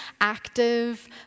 active